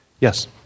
Yes